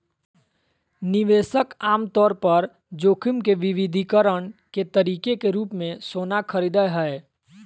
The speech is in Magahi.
निवेशक आमतौर पर जोखिम के विविधीकरण के तरीके के रूप मे सोना खरीदय हय